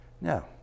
No